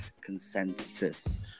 consensus